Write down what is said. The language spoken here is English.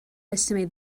estimate